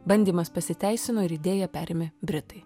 bandymas pasiteisino ir idėją perėmė britai